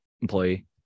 employee